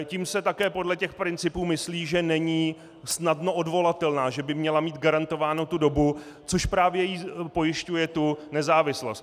Tím se také podle těch principů myslí, že není snadno odvolatelná, že by měla mít garantovánu tu dobu, což právě jí pojišťuje tu nezávislost.